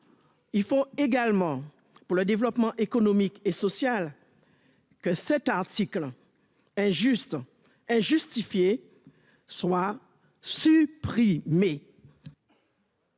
Il faut également, pour le développement économique et social, que cet article, injustifié, soit supprimé.